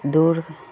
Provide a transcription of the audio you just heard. দৌৰ